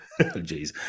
Jeez